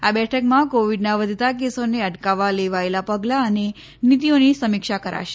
આ બેઠકમાં કોવિડના વધતા કેસોને અટકાવવા લેવાયેલા પગલા અને નીતીઓની સમીક્ષા કરાશે